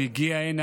והגיע הנה,